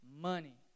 money